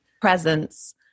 presence